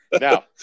Now